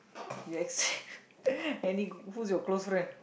you any who's your close friend